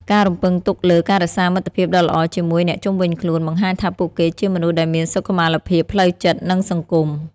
ការរំពឹងទុកលើ "ការរក្សាមិត្តភាពដ៏ល្អជាមួយអ្នកជុំវិញខ្លួន" បង្ហាញថាពួកគេជាមនុស្សដែលមានសុខុមាលភាពផ្លូវចិត្ត និងសង្គម។